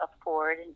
afford